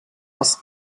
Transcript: was